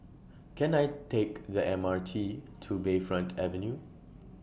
Can I Take The M R T to Bayfront Avenue